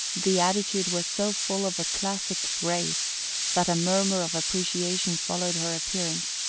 the attitude was so full of a classic grace that a murmur of appreciation followed her appearance,